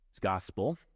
Gospel